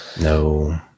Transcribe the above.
No